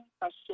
question